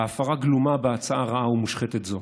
וההפרה גלומה בהצעה רעה ומושחתת זו.